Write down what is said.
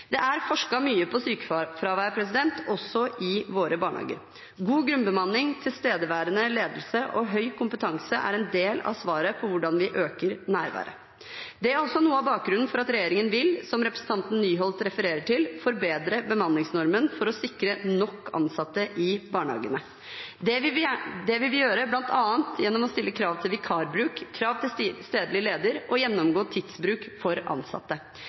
Det er forsket mye på sykefravær, også i våre barnehager. God grunnbemanning, tilstedeværende ledelse og høy kompetanse er en del av svaret på hvordan vi øker nærværet. Det er også noe av bakgrunnen for at regjeringen vil, som representanten Bae Nyholt refererer til, forbedre bemanningsnormen for å sikre nok ansatte i barnehagene. Det vil vi gjøre bl.a. gjennom å stille krav til vikarbruk, krav til stedlig leder og gjennomgå tidsbruk for ansatte.